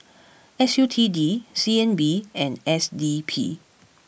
S U T D C N B and S D P